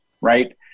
right